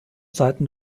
seiten